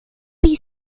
would